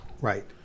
Right